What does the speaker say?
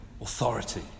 authority